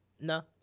No